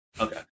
Okay